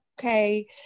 okay